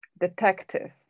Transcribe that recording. detective